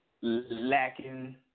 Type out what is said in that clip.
lacking